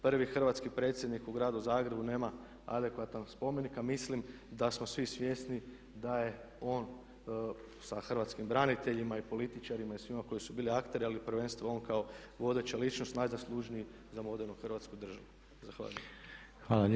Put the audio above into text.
Prvi hrvatski predsjednik u gradu Zagrebu nema adekvatan spomenik, a mislim da smo svi svjesni da je on sa hrvatskim braniteljima i političarima i svima koji su bili akteri, ali prvenstveno on kao vodeća ličnost najzaslužniji za modernu Hrvatsku državu.